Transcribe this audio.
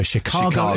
Chicago